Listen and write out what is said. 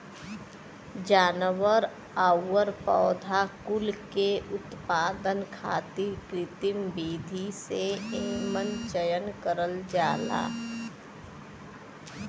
जानवर आउर पौधा कुल के उत्पादन खातिर कृत्रिम विधि से एमन चयन करल जाला